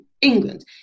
England